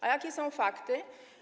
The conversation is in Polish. A jakie są fakty?